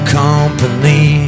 company